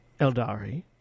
Eldari